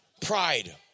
Pride